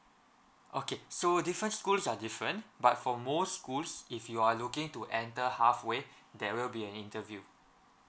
okay so different schools are different but for most schools if you are looking to enter halfway there will be an interview